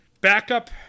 backup